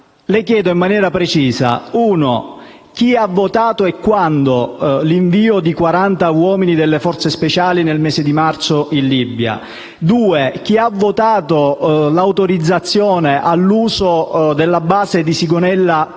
Le chiedo in maniera precisa, in primo luogo, chi ha votato e quando l'invio di 40 uomini delle forze speciali nel mese di marzo in Libia; in secondo luogo, chi ha votato l'autorizzazione all'uso della base di Sigonella